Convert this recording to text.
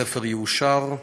הספר יאושר,